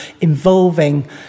involving